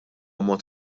mod